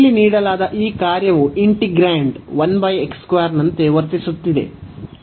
ಇಲ್ಲಿ ನೀಡಲಾದ ಈ ಕಾರ್ಯವು ಇಂಟಿಗ್ರಾಂಡ್ ನಂತೆ ವರ್ತಿಸುತ್ತಿದೆ